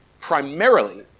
Primarily